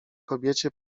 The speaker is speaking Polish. kobiecie